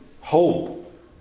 hope